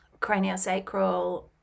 craniosacral